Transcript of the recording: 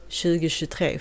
2023